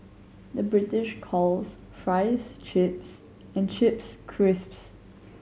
the British calls fries chips and chips crisps